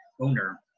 owner